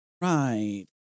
Right